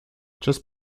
just